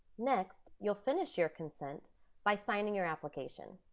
next, you'll finish your consent by signing your application.